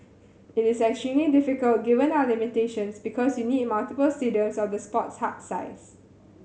it is extremely difficult given our limitations because you need multiple stadiums of the Sports Hub size